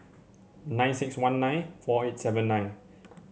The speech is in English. nine six one nine four eight seven nine